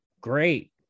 great